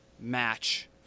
match